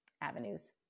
avenues